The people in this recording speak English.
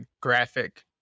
graphic